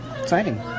Exciting